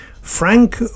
Frank